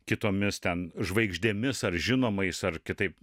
kitomis ten žvaigždėmis ar žinomais ar kitaip